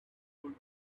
would